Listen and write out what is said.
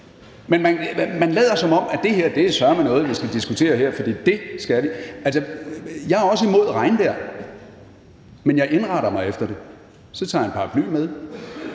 Men man lader, som om det her søreme er noget, vi skal diskutere her, for det skal vi. Altså, jeg er også imod regnvejr, men jeg indretter mig efter det, og så tager jeg en paraply,